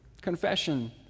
confession